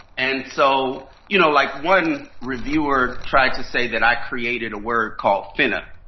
and so, you know, like one reviewer tried to say that i created a word called finna.